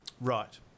Right